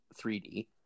3D